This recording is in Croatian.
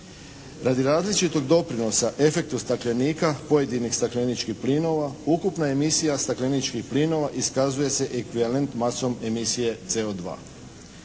Radi različitog doprinosa efektu staklenika pojedinih stakleničkih plinova ukupna emisija stakleničkih plinova iskazuje se ekvivalent masom emisije CO2.